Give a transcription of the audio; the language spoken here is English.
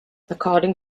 according